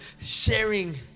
sharing